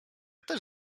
też